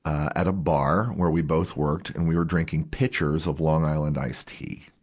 at a bar where we both worked. and we were drinking pitchers of long island iced tea.